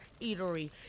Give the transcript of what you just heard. eatery